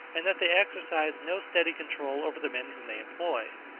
and that they exercise no steady control over the men whom they employ.